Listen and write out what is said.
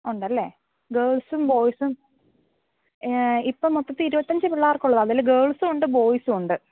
ഉണ്ട് അല്ലേ ഗേൾസും ബോയ്സും ഇപ്പം മൊത്തത്തിൽ ഇരുപത്തി അഞ്ച് പിള്ളേർക്കുള്ളത് അതിൽ ഗേൾസും ഉണ്ട് ബോയ്സും ഉണ്ട്